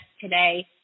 today